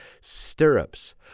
Stirrups